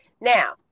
Now